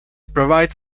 provides